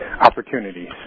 opportunities